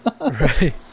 right